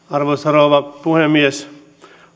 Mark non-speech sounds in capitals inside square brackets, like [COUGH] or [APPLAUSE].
[UNINTELLIGIBLE] arvoisa rouva puhemies